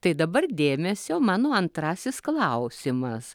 tai dabar dėmesio mano antrasis klausimas